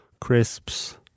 crisps